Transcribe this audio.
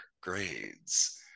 grades